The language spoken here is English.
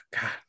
God